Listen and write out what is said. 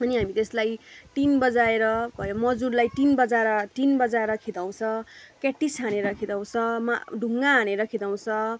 अनि हामी त्यसलाई टिन बजाएर भयो मजुरलाई टिन बजाएर टिन बजाएर खेदाउँछ क्याटिस हानेर खेदाउँछ म ढुङ्गा हानेर खेदाउँछ